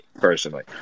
personally